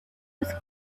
was